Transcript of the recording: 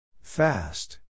Fast